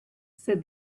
said